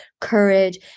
courage